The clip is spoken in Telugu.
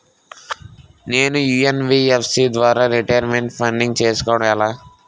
నేను యన్.బి.ఎఫ్.సి ద్వారా రిటైర్మెంట్ ప్లానింగ్ చేసుకోవడం ఎలా?